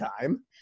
time